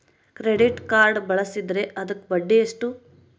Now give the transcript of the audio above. Credit card ಬಳಸಿದ್ರೇ ಅದಕ್ಕ ಬಡ್ಡಿ ಎಷ್ಟು?